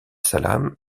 salaam